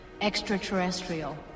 extraterrestrial